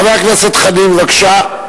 חבר הכנסת דב חנין, בבקשה.